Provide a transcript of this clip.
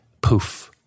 poof